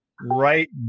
right